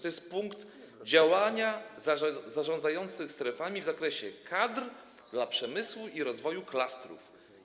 To jest punkt: Działania zarządzających strefami w zakresie kadr dla przemysłu i rozwoju klastrów.